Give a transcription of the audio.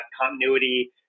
continuity